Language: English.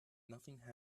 nothing